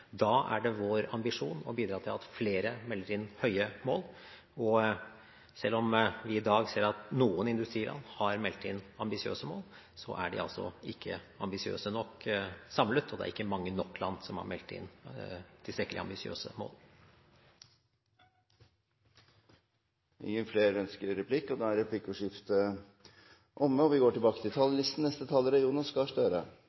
Da er det vår ambisjon å bidra til at flere melder inn høye mål, og selv om vi i dag ser at noen industriland har meldt inn ambisiøse mål, er de altså ikke ambisiøse nok samlet, og det er ikke mange nok land som har meldt inn tilstrekkelig ambisiøse mål. Replikkordskiftet er omme.